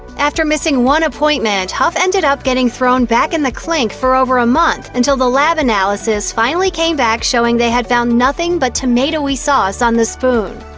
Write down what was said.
after missing one appointment, huff ended up getting thrown back in the clink for over a month, until the lab analysis finally came back showing they had found nothing but tomatoey sauce on the spoon.